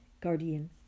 guardian